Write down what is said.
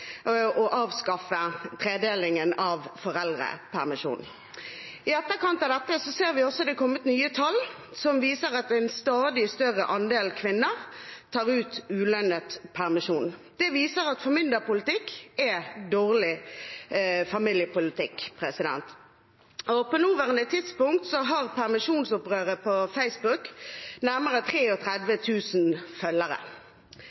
avskaffe tredelingen av foreldrepermisjonen. I etterkant av dette ser vi også at det er kommet nye tall som viser at en stadig større andel kvinner tar ut ulønnet permisjon. Det viser at formynderpolitikk er dårlig familiepolitikk. På nåværende tidspunkt har permisjonsopprøret på Facebook nærmere